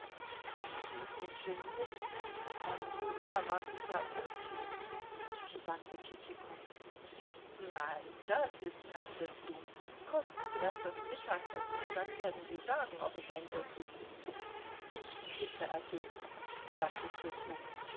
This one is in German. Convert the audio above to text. ich muß mich genieren ein so unerwarteter irrtum sagte tschitschikow nein das ist kein irrtum kosten sie erst das mittagessen und dann werden sie sagen ob es ein irrtum ist ich bitte ergebenst sagte